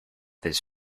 his